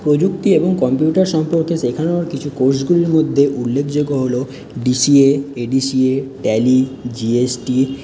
প্রযুক্তি এবং কম্পিউটার সম্পর্কে শেখানোর কিছু কোর্সগুলির মধ্যে উল্লেখযোগ্য হল ডিসিএ এডিসিএ ট্যালি জিএসটি